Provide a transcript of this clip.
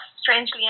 strangely